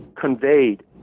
conveyed